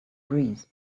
breeze